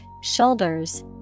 shoulders